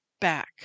back